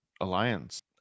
alliance